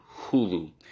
Hulu